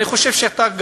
אני חושב שאתה,